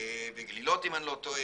נדמה לי, בגלילות, אם אני לא טועה,